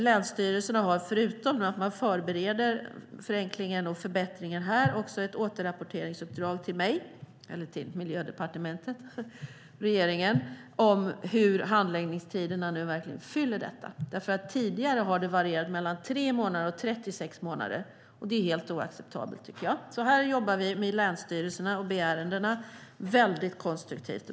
Länsstyrelserna har, förutom att de förbereder förenklingen och förbättringen, också ett återrapporteringsuppdrag till Miljödepartementet om hur handläggningstiderna uppfyller detta. Tidigare har de varierat mellan 3 månader och 36 månader, och det är helt oacceptabelt. Här jobbar vi mycket konstruktivt och bra med länsstyrelserna när det gäller B-ärendena.